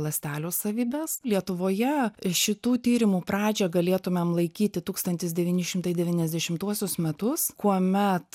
ląstelių savybes lietuvoje šitų tyrimų pradžia galėtumėm laikyti tūkstantis devyni šimtai devyniasdešimtuosius metus kuomet